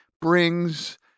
brings